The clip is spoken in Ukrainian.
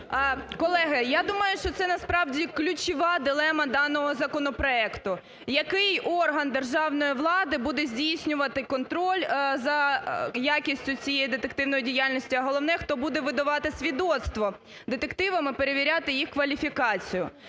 Колеги, я думаю, що це насправді ключова дилема даного законопроекту, який орган державної влади буде здійснювати контроль за якістю цієї детективної діяльності, а головне, хто буде видавати свідоцтво детективам і перевіряти їх кваліфікацію.